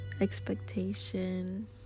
expectation